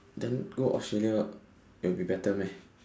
then go Australia ah it'll be better meh